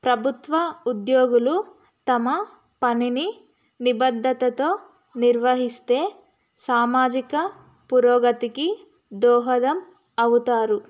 ప్రభుత్వ ఉద్యోగులు తమ పనిని నిబధతతో నిర్వహిస్తే సామాజిక పురోగతికి దోహదం అవుతారు